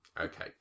Okay